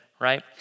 right